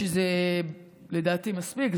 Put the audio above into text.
שזה לדעתי מספיק,